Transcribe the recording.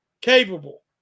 capable